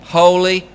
holy